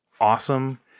awesome